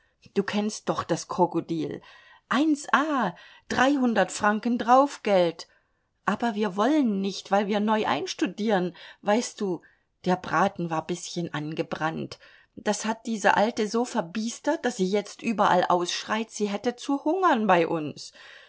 du kennst doch das krokodil eins a dreihundert franken draufgeld aber wir wollen nicht weil wir neu einstudieren weißt du der braten war bißchen angebrannt das hat diese alte so verbiestert daß sie jetzt überall ausschreit sie hätte zu hungern bei uns